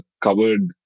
covered